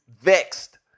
vexed